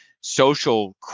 social